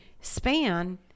span